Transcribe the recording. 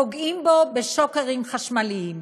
פוגעים בו בשוקרים חשמליים.